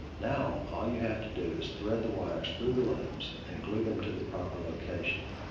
now, all you have to do is thread the wires through the looms and glue them to the proper location.